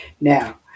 now